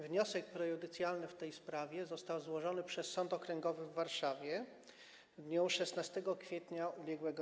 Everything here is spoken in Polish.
Wniosek prejudycjalny w tej sprawie został złożony przez Sąd Okręgowy w Warszawie w dniu 16 kwietnia ub.r.